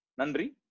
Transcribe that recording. Nandri